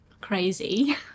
crazy